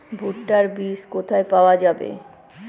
ভুট্টার বিজ কোথায় পাওয়া যাবে?